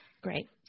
Great